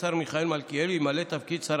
השר מיכאל מלכיאלי ימלא את תפקיד שר